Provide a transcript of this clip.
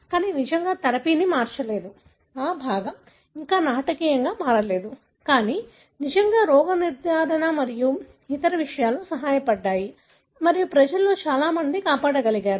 కానీ నిజంగా థెరపీని మార్చలేదు ఆ భాగం ఇంకా నాటకీయంగా మారలేదు కానీ నిజంగా రోగ నిర్ధారణ మరియు ఇతర విషయాలు సహాయపడ్డాయి మరియు ప్రజలు చాలామందిని కాపాడగలిగారు